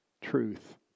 truth